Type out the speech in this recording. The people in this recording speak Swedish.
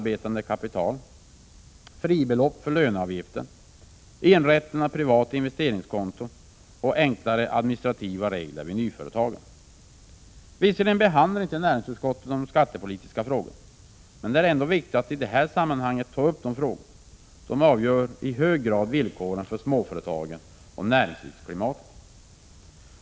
Bl.a. har vi föreslagit: Visserligen behandlar inte näringsutskottet skattepolitiska frågor, men det är ändå viktigt att i det här sammanhanget ta upp dessa frågor. De avgör i hög grad villkoren för småföretagen och näringslivsklimatet.